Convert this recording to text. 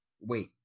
wait